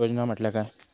योजना म्हटल्या काय?